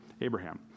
Abraham